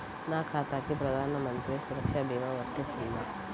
నా ఖాతాకి ప్రధాన మంత్రి సురక్ష భీమా వర్తిస్తుందా?